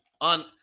on